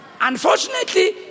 Unfortunately